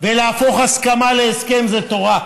ולהפוך הסכמה להסכם זה תורה.